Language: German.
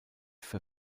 für